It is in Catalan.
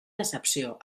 decepció